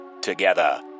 Together